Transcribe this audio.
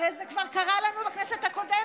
הרי זה כבר קרה לנו בכנסת הקודמת.